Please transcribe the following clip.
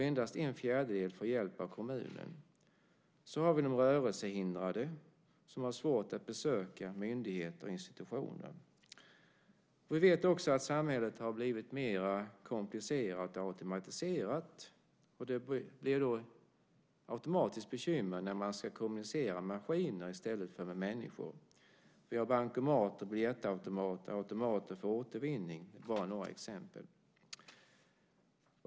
Endast en fjärdedel får hjälp av kommunen. Vi har de rörelsehindrade, som har svårt att besöka myndigheter och institutioner. Vi vet också att samhället har blivit mer komplicerat och automatiserat, och det blir då självklart bekymmer när man ska kommunicera med maskiner i stället för människor. Vi har bankomater, biljettautomater och automater för återvinning, för att ta bara några exempel.